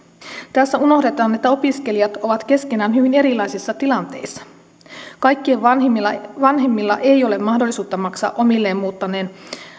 tässä unohdetaan että opiskelijat ovat keskenään hyvin erilaisissa tilanteissa kaikkien vanhemmilla vanhemmilla ei ole mahdollisuutta maksaa omilleen muuttaneen